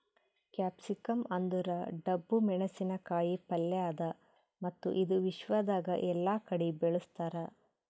capsicum ಅಂದುರ್ ಡಬ್ಬು ಮೆಣಸಿನ ಕಾಯಿ ಪಲ್ಯ ಅದಾ ಮತ್ತ ಇದು ವಿಶ್ವದಾಗ್ ಎಲ್ಲಾ ಕಡಿ ಬೆಳುಸ್ತಾರ್